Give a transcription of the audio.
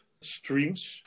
streams